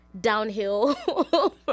downhill